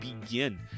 begin